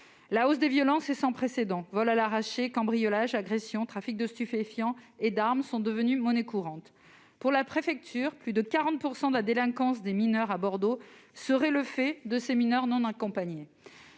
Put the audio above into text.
La hausse des violences est sans précédent : vols à l'arrachée, cambriolages, agressions, trafic de stupéfiants et d'armes sont devenus monnaie courante. Pour la préfecture, plus de 40 % de la délinquance des mineurs à Bordeaux seraient le fait de ces mineurs non accompagnés